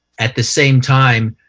at the same time,